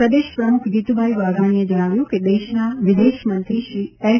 પ્રદેશ પ્રમુખ જીતુભાઇ વાઘાણીએ જણાવ્યું કે દેશના વિદેશમંમત્રી શ્રી એસ